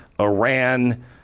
Iran